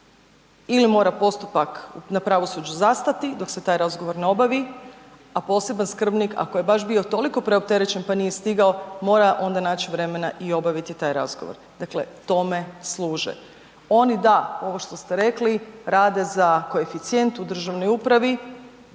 Ili mora postupak na pravosuđu zastati dok se taj razgovor ne obavi, a poseban skrbnik, ako je baš bio toliko preopterećen pa nije stigao, mora onda naći vremena i obaviti taj razgovor. Dakle, tome služe, oni da, ovo što ste rekli, rade za koeficijent u državnoj upravi,